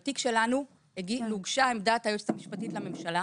בתיק שלנו הוגשה עמדת היועצת המשפטית לממשלה